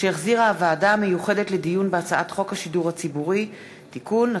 שהחזירה הוועדה המיוחדת לדיון בהצעת חוק השידור הציבורי (תיקון),